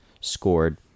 scored